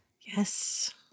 Yes